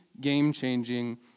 game-changing